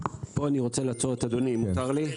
פה אני רוצה לעצור את אדוני, אם מותר לי.